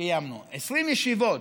קיימנו, 20 ישיבות,